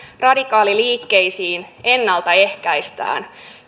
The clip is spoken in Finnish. radikaaliliikkeisiin ennaltaehkäistään